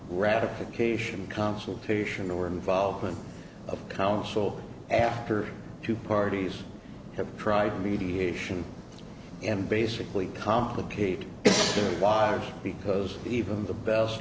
ratification consultation or involvement of council after two parties have tried mediation and basically complicate the wire because even the best